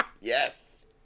Yes